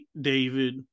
David